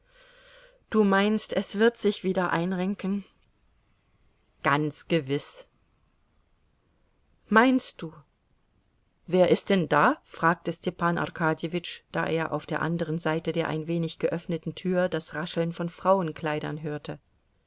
du meinst es wird sich wieder einrenken ganz gewiß meinst du wer ist denn da fragte stepan arkadjewitsch da er auf der anderen seite der ein wenig geöffneten tür das rascheln von frauenkleidern hörte